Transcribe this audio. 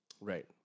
Right